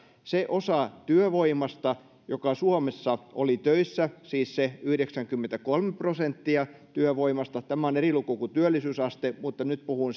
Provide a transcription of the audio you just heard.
se osa työvoimasta joka suomessa oli töissä siis se yhdeksänkymmentäkolme prosenttia työvoimasta tämä on eri luku kuin työllisyysaste nyt puhun